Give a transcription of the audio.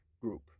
group